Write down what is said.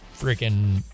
freaking